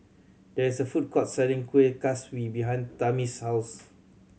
there is a food court selling Kuih Kaswi behind Tami's house